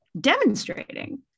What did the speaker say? demonstrating